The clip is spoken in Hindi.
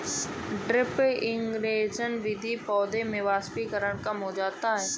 ड्रिप इरिगेशन विधि से पौधों में वाष्पीकरण कम हो जाता है